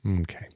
Okay